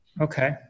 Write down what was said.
Okay